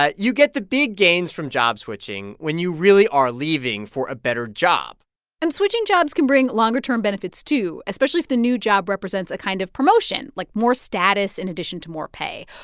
ah you get the big gains from job switching when you really are leaving for a better job and switching jobs can bring longer term benefits, benefits, too, especially if the new job represents a kind of promotion, like more status in addition to more pay,